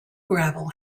gravel